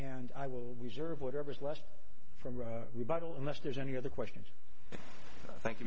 and i will reserve whatever's left from the bottle unless there's any other questions thank you